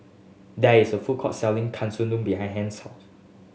there is a food court selling Katsudon behind Hence